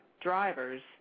drivers